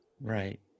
Right